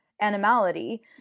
animality